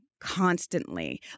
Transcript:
constantly